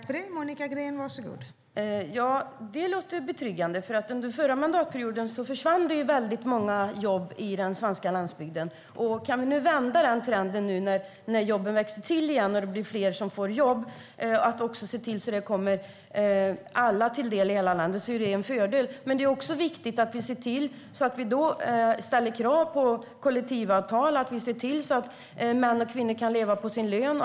Fru talman! Det låter betryggande. Under förra mandatperioden försvann många jobb på den svenska landsbygden. Om vi kan vända denna trend nu när jobben växer till igen och det blir fler som får jobb och se till att det kommer alla i hela landet till del är det en fördel. Men det är också viktigt att vi ser till att vi då ställer krav på kollektivavtal och att vi ser till att män och kvinnor kan leva på sin lön.